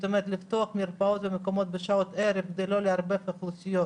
זאת אומרת לפתוח מרפאות במקומות ובשעות הערב כדי לא לערבב אוכלוסיות